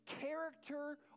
character